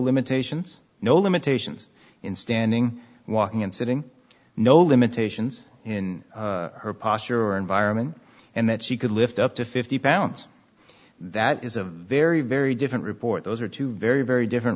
limitations no limitations in standing walking and sitting no limitations in her posture or environment and that she could lift up to fifty pounds that is a very very different report those are two very very different